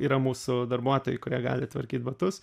yra mūsų darbuotojai kurie gali tvarkyt batus